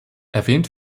erwähnt